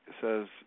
says